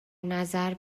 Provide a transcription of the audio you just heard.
نظر